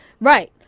Right